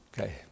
Okay